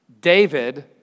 David